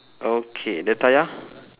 okay the tayar